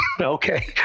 okay